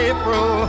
April